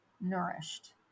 nourished